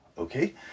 Okay